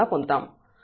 మరియు ఇది 2Δy3